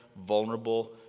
vulnerable